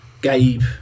Gabe